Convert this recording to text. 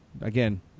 again